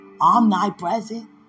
Omnipresent